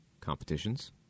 competitions